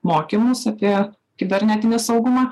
mokymus apie kibernetinį saugumą